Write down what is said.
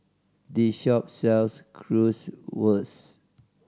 this shop sells Currywurst